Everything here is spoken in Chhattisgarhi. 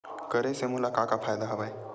करे से मोला का का फ़ायदा हवय?